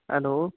hello